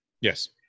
Yes